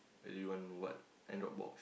you want what Android box